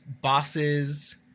bosses